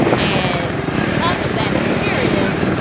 and because of that experience,